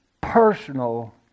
personal